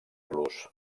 los